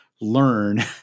learn